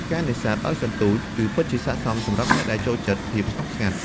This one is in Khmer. ការនេសាទដោយសន្ទូច គឺពិតជាស័ក្ដិសមសម្រាប់អ្នកដែលចូលចិត្តភាពស្ងប់ស្ងាត់។